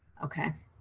okay.